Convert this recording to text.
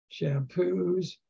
shampoos